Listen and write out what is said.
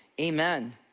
amen